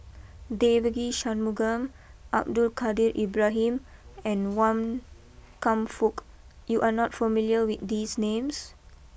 Devagi Sanmugam Abdul Kadir Ibrahim and Wan Kam Fook you are not familiar with these names